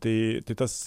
tai tai tas